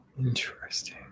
interesting